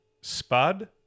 Spud